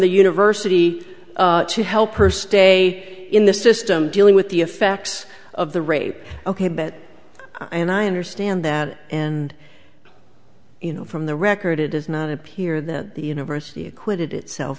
the university to help her stay in the system dealing with the effects of the rape ok bet and i understand that and you know from the record it does not appear that the university acquitted itself